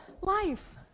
life